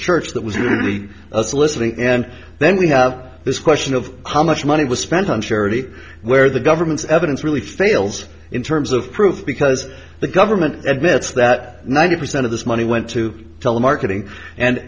church that was really a soliciting and then we have this question of how much money was spent on charity where the government's evidence really fails in terms of proof because the government admits that ninety percent of this money went to telemarketing and